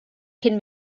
cyn